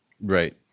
Right